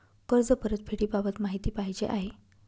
कर्ज परतफेडीबाबत माहिती पाहिजे आहे